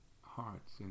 hearts